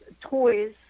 toys